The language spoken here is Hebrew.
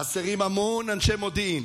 חסרים המון אנשי מודיעין,